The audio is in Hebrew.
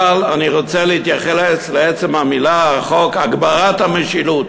אבל אני רוצה להתייחס לעצם השם "הגברת המשילות".